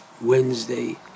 Wednesday